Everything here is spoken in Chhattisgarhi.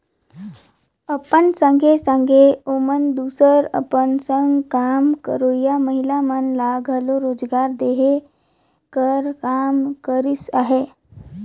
अपन संघे संघे ओमन दूसर अपन संग काम करोइया महिला मन ल घलो रोजगार देहे कर काम करिस अहे